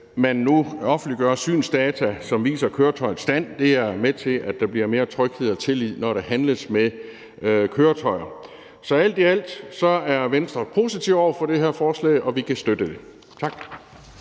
man nu offentliggør synsdata, som viser køretøjets stand. Det er med til at gøre, at der bliver skabt mere tryghed og tillid, når der handles med køretøjer. Så alt i alt er Venstre positive over for det her forslag, og vi kan støtte det. Tak.